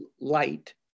light